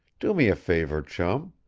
do me a favor, chum.